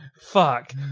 Fuck